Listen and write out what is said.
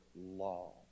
law